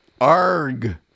Arg